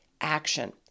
action